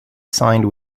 signed